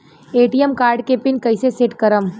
ATM card के pin कैसे set करम?